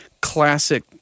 classic